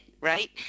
right